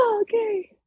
Okay